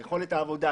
את יכולת העבודה,